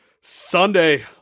Sunday